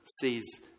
sees